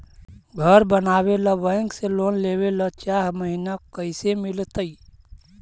घर बनावे ल बैंक से लोन लेवे ल चाह महिना कैसे मिलतई?